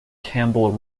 campbell